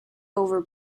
over